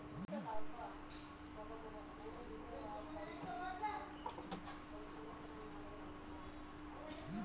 UPI ವಹಿವಾಟಿನ ಮಿತಿ ಎಷ್ಟು ಎಂಬುದು ಗೊತ್ತಿಲ್ಲ? ತಿಳಿಸಿ?